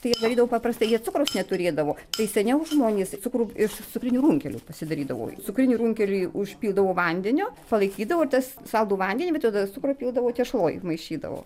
tai jie darydavo paprastai jie cukraus neturėdavo tai seniau žmonės cukrų iš cukrinių runkelių pasidarydavo cukrinį runkelį užpildavo vandeniu palaikydavo ir tas saldų vandenį bet jau tada cukrų pildavo tešloj maišydavo